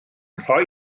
rhoi